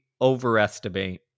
overestimate